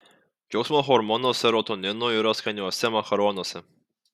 džiaugsmo hormono serotonino yra skaniuose makaronuose